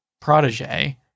protege